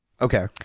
Okay